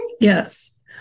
Yes